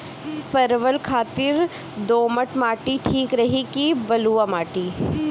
परवल खातिर दोमट माटी ठीक रही कि बलुआ माटी?